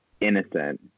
innocent